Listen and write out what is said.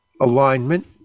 alignment